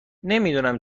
نمیدونم